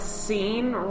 scene